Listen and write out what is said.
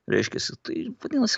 reiškiasi tai vadinasi